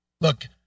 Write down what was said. look